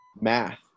Math